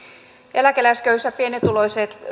eläkeläisköyhyys ja